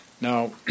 Now